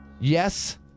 Yes